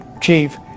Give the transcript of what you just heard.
chief